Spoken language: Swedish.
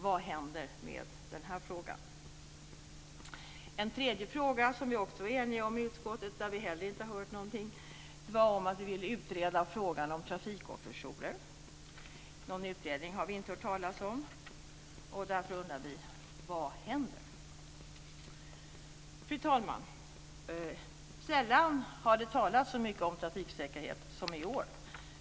Vad händer med denna fråga? En tredje punkt som vi också var eniga om i utskottet, där vi heller inte har hört någonting, var att vi ville utreda frågan om trafikofferjourer. Någon utredning har vi inte hört talas om. Därför undrar vi vad som händer. Fru talman! Sällan har det talats så mycket om trafiksäkerhet som i år.